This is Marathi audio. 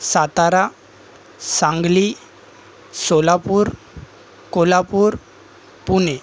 सातारा सांगली सोलापूर कोल्हापूर पुणे